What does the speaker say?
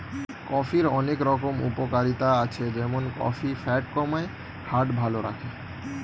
কফির অনেক রকম উপকারিতা আছে যেমন কফি ফ্যাট কমায়, হার্ট ভালো রাখে